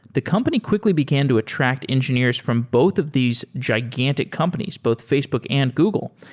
the company quickly began to attract engineers from both of these gigantic companies, both facebook and google,